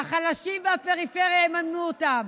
והחלשים והפריפריה יממנו אותם.